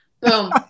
Boom